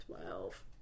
Twelve